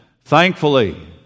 Thankfully